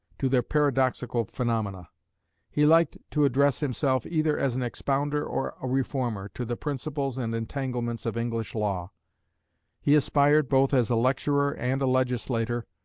to their paradoxical phenomena he liked to address himself, either as an expounder or a reformer, to the principles and entanglements of english law he aspired, both as a lecturer and a legislator,